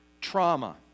Trauma